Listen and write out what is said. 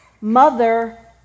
mother